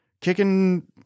kicking